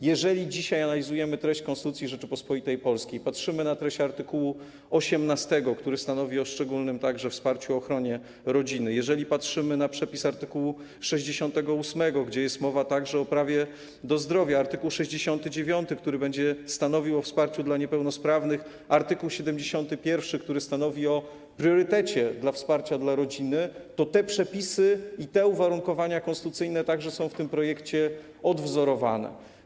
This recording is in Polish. Jeżeli dzisiaj analizujemy treść Konstytucji Rzeczypospolitej Polskiej i patrzymy na treść art. 18, który stanowi o szczególnym także wsparciu, ochronie rodziny, jeżeli patrzymy na przepis art. 68, gdzie jest mowa także o prawie do zdrowia, art. 69, który stanowi o wsparciu dla niepełnosprawnych, art. 71, który stanowi o priorytecie dla wsparcia dla rodziny, to te przepisy i te uwarunkowania konstytucyjne także są w tym projekcie odwzorowane.